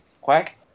Quack